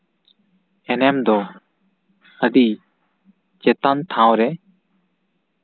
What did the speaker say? ᱮᱱᱮᱢ ᱫᱚ ᱟᱹᱰᱤ ᱪᱮᱛᱟᱱ ᱴᱷᱟᱶᱨᱮ